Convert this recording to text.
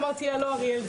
אמרתי לה לא אריאל,